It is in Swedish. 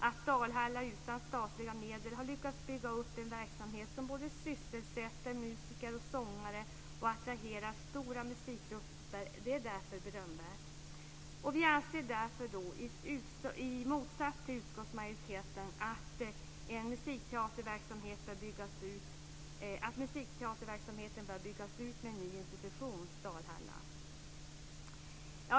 Att Dalhalla utan statliga medel har lyckats bygga upp en verksamhet som både sysselsätter musiker och sångare och attraherar stora musikgrupper är därför berömvärt. Vi anser därför, i motsats till utskottsmajoriteten, att musikteaterverksamheten bör byggas ut med en ny institution, Dalhalla.